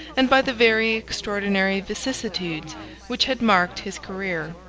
and by the very extraordinary vicissitudes which had marked his career.